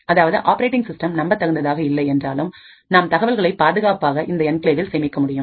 அதாவது operating system நம்பத் தகுந்ததாக இல்லை என்றாலும் நாம் தகவல்களை பாதுகாப்பாக இந்த என்கிளேவில் சேமிக்க முடியும்